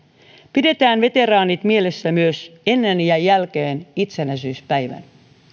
pidetään veteraanit mielessä myös ennen ja jälkeen itsenäisyyspäivän